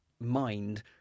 mind